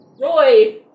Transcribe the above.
Roy